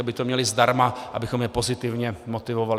Aby to měli zdarma, abychom je pozitivně motivovali.